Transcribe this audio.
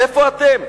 איפה אתם?